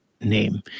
name